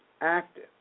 active